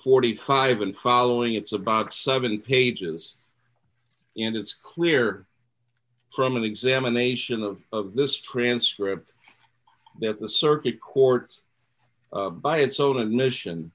forty five and following it's about seven pages and it's clear from an examination of this transcript that the circuit court by its own admission